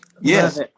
Yes